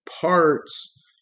parts